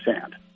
sand